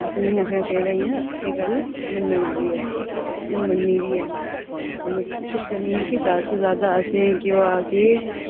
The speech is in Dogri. असें निं आखना चाहिदा इ'यां एह् गल्ल मनना आह्ली ऐ एह् गल्ल मन्नी दी ऐ ते कोशिश करनी ऐ कि असें जैदा तों जैदा